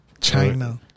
China